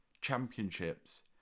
championships